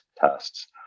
tests